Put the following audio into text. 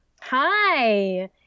Hi